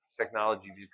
technology